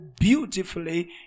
beautifully